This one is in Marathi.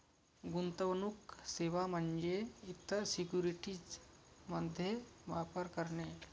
गुंतवणूक सेवा म्हणजे इतर सिक्युरिटीज मध्ये व्यापार करणे